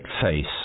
face